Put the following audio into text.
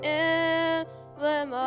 emblem